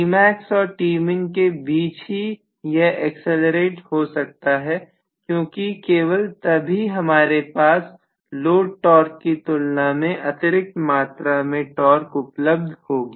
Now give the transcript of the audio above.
Tmax और Tmin के बीच ही यह एक्सलरेट हो सकता है क्योंकि केवल तभी हमारे पास लोड टॉर्क की तुलना में अतिरिक्त मात्रा में टॉर्क उपलब्ध होगी